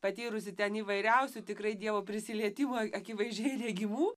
patyrusi ten įvairiausių tikrai dievo prisilietimo akivaizdžiai regimų